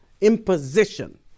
imposition